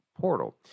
portal